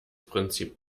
prinzip